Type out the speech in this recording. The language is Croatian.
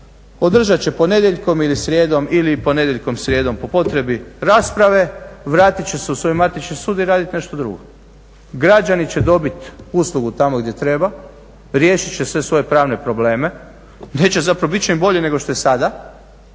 Održati će ponedjeljkom ili srijedom ili i ponedjeljkom, srijedom po potrebi rasprave, vratiti će se u svoj matični sud i raditi nešto drugo. Građani će dobiti uslugu tamo gdje treba, riješiti će sve svoje pravne probleme. Neće, zapravo biti će im bolje nego što je sada